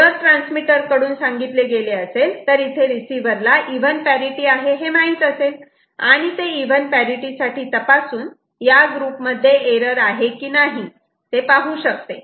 जर ट्रान्समीटर कडून सांगितले गेले असेल तर इथे रिसिवरला इव्हन पॅरिटि आहे हे माहीत असेल आणि ते इव्हन पॅरिटि साठी तपासून या ग्रुप मध्ये एरर आहे की नाही ते पाहू शकते